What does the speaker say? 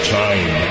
time